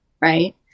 right